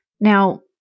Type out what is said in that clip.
now